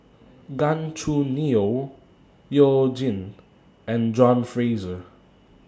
Gan Choo Neo YOU Jin and John Fraser